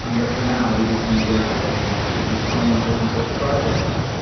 um but for now, we just kind of blaze ahead and launched it as its own open source project.